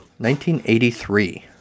1983